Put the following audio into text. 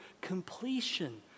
completion